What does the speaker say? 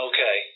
Okay